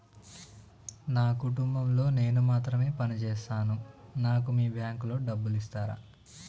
నా కుటుంబం లో నేను మాత్రమే పని చేస్తాను నాకు మీ బ్యాంకు లో డబ్బులు ఇస్తరా?